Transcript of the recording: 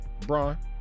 LeBron